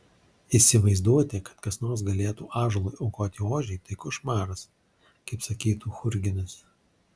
įsivaizduoti kad kas nors galėtų ąžuolui aukoti ožį tai košmaras kaip sakytų churginas